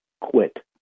quit